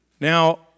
Now